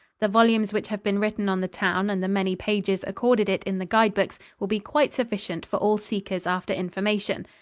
the volumes which have been written on the town and the many pages accorded it in the guide-books will be quite sufficient for all seekers after information.